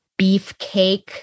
Beefcake